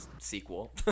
sequel